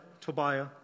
Tobiah